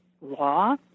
law